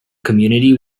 community